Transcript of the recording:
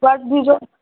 گۄڈٕ دیٖزیٚو